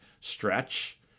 stretch